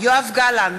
יואב גלנט,